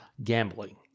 gambling